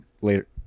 later